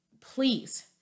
please